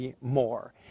more